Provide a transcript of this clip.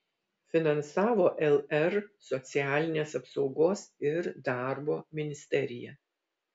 finansavo lr socialinės apsaugos ir darbo ministerija